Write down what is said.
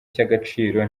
cy’agaciro